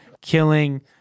killing